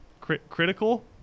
critical